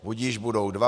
Budiž, budou dva.